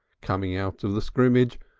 coming out of the scrimmage,